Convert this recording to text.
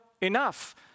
enough